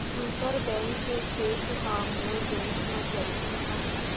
दूसर बैंक के चेक ह मोर बैंक म चलही का?